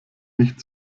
nicht